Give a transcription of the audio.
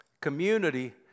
Community